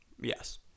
Yes